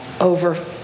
over